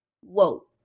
Whoa